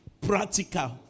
practical